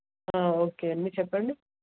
okay అండి చెప్పండి